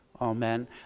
Amen